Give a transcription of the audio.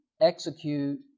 execute